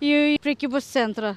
į prekybos centrą